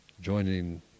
Joining